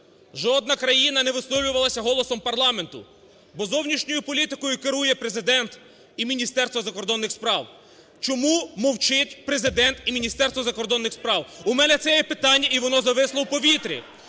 Жодна країна не висловлювалася голосом парламенту, бо зовнішньою політикою керує Президент і Міністерство закордонних справ. Чому мовчить Президент і Міністерство закордонних справ, у мене це є питання і воно зависло у повітрі?